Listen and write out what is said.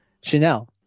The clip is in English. Chanel